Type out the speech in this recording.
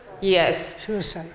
Yes